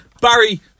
Barry